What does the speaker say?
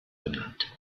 benannt